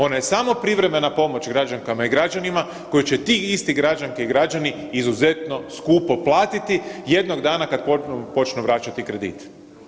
Ona je samo privremena pomoć građankama i građanima koji će ti isti građanke i građani izuzetno skupo platiti jednog dana kad počnu vraćati kredit.